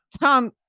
Tom